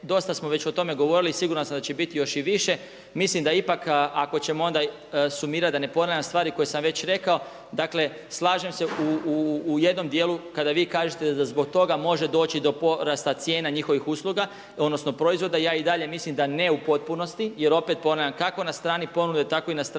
dosta smo već o tome govorili i siguran sam da će biti još i više. Mislim da ipak ako ćemo onda sumirat da ne ponavljam stvari koje sam već rekao. Dakle, slažem se u jednom dijelu kada vi kažete da zbog toga može doći do porasta cijena njihovih usluga, odnosno proizvoda. Ja i dalje mislim da ne u potpunosti, jer opet ponavljam. Kako na strani ponude, tako i na strani